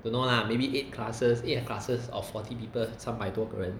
don't know lah maybe eight classes eight classes of forty people 三百多个人